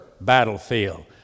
battlefield